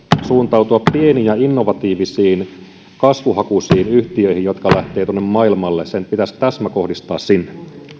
suuntautua pieniin ja innovatiivisiin kasvuhakuisiin yhtiöihin jotka lähtevät maailmalle se pitäisi täsmäkohdistaa sinne